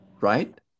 Right